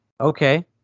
okay